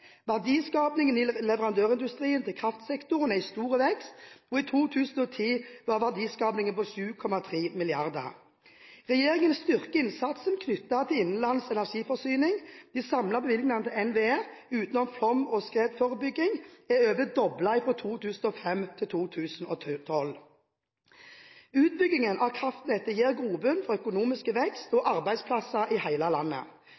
Verdiskapingen i leverandørindustrien til kraftsektoren er i stor vekst. I 2010 var verdiskapingen på 7,3 mrd. kr. Regjeringen styrker innsatsen knyttet til innenlands energiforsyning. De samlede bevilgningene til NVE utenom flom- og skredforebygging er mer enn doblet fra 2005 til 2012. Utbyggingen av kraftnettet gir grobunn for økonomisk vekst og arbeidsplasser i hele landet.